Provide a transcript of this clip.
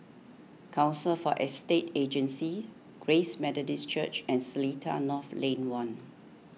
Council for Estate Agencies Grace Methodist Church and Seletar North Lane one